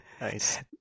Nice